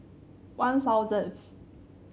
One Thousandth